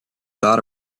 thought